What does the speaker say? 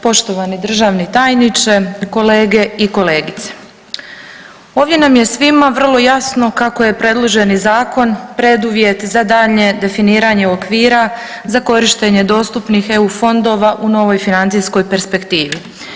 Poštovani državni tajniče, kolege i kolegice, ovdje nam je svima vrlo jasno kako je predloženi zakon preduvjet za daljnje definiranje okvira za korištenje dostupnih EU fondova u novoj financijskoj perspektivi.